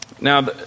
Now